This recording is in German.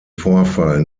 vorfall